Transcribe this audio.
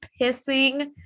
pissing